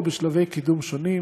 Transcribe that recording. או בשלבי קידום שונים,